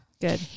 Good